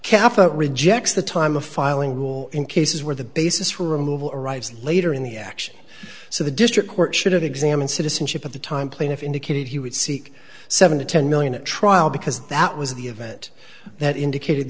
or rejects the time of filing in cases where the basis for removal arrives later in the action so the district court should have examined citizenship at the time plaintiff indicated he would seek seven to ten million at trial because that was the event that indicated